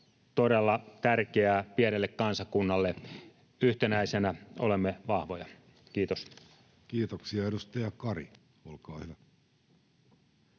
todella tärkeää pienelle kansakunnalle — yhtenäisenä olemme vahvoja. — Kiitos. Kiitoksia. — Edustaja Kari, olkaa hyvä.